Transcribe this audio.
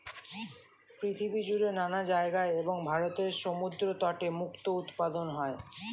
পৃথিবী জুড়ে নানা জায়গায় এবং ভারতের সমুদ্র তটে মুক্তো উৎপাদন হয়